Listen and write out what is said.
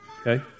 Okay